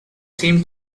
seem